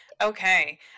okay